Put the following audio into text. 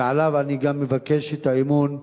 ועליו אני מבקש גם את האמון,